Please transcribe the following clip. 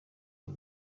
uyu